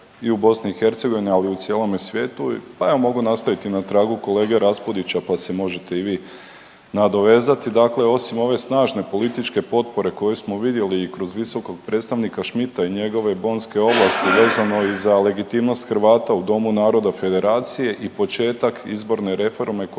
i u BiH, ali i u cijelome svijetu, pa evo mogu nastaviti na tragu kolege Raspudića pa se možete i vi nadovezati, dakle osim ove snažne političke potpore koju smo vidjeli i kroz visokog predstavnika Schmidta i njegove bonske ovlasti vezano i za legitimnost Hrvata u Domu naroda Federacije i početak izborne reforme koja je